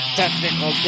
technical